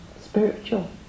spiritual